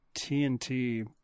TNT